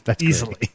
easily